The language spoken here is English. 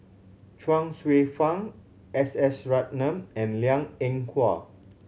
Chuang Hsueh Fang S S Ratnam and Liang Eng Hwa